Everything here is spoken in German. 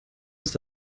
ist